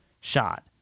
shot